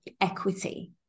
equity